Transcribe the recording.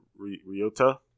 Ryota